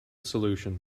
solution